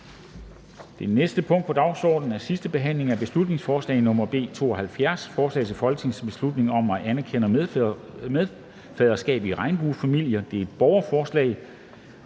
Det næste punkt på dagsordenen er: 25) 2. (sidste) behandling af beslutningsforslag nr. B 72: Forslag til folketingsbeslutning om at anerkende medfaderskab i regnbuefamilier (borgerforslag).